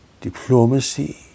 diplomacy